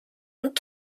und